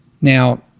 Now